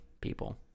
people